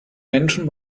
menschen